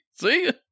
See